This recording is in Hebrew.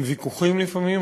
עם ויכוחים לפעמים,